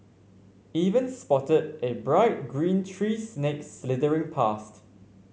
even spotted a bright green tree snake slithering past